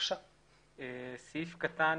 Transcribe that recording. לסעיף קטן